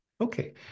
Okay